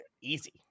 easy